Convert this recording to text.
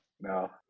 No